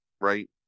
right